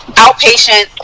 outpatient